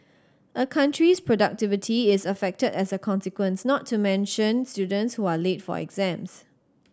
a country's productivity is affected as a consequence not to mention students who are late for exams